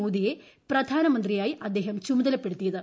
മോദിയെ പ്രധാനമന്ത്രിയായി അദ്ദേഹം ചുമതലപ്പെടുത്തിയത്